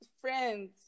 friends